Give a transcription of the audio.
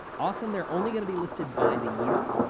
often, they're only going to be listed by the year,